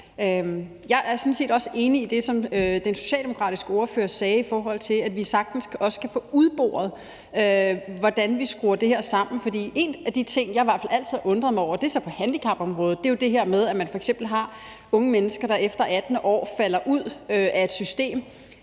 Jeg er sådan set også enig i det, som den socialdemokratiske ordfører sagde, i forhold til at vi sagtens kan få udboret, hvordan vi skruer det her sammen. For en af de ting, jeg faktisk altid har undret mig over – det er så på handicapområdet – er det her med, at man f.eks. har unge mennesker, der efter det 18. år falder ud af et system,